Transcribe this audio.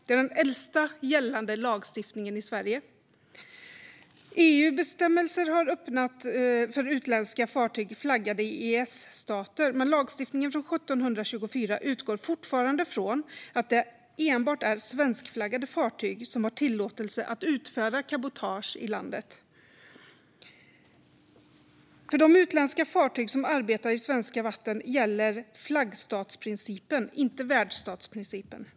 Det är den äldsta gällande lagstiftningen i Sverige. EU-bestämmelser har öppnat för utländska fartyg flaggade i EES-stater. Men lagstiftningen från 1724 utgår fortfarande från att det enbart är svenskflaggade fartyg som har tillåtelse att utföra cabotage i landet. För de utländska fartyg som arbetar i svenska vatten gäller flaggstatsprincipen, inte värdstatsprincipen.